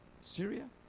Syria